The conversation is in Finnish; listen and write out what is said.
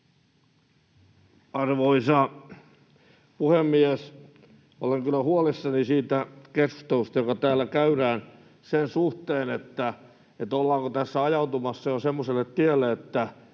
Arvoisa puhemies! Olen kyllä huolissani siitä keskustelusta, jota täällä käydään sen suhteen, ollaanko tässä ajautumassa jo semmoiselle tielle,